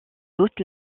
doute